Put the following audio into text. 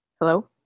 Hello